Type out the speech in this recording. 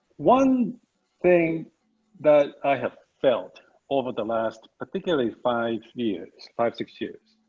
one thing that i have felt over the last particularly five years, five, six years,